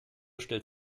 stellt